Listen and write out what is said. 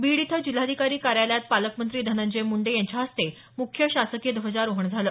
बीड इथं जिल्हाधिकारी कार्यालयात पालकमंत्री धनंजय मुंडे यांच्या हस्ते मुख्य शासकीय ध्वजारोहण झालं